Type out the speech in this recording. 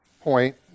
point